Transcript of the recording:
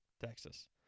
Texas